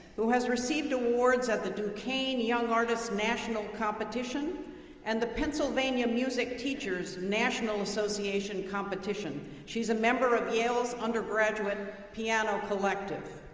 who has received awards at the duquesne young artist national competition and the pennsylvania music teachers national association competition. she's a member of yale's undergraduate piano collective.